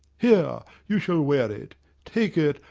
here, you shall wear it take it,